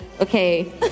okay